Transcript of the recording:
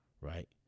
right